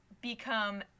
become